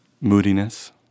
moodiness